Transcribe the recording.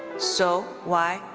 so y.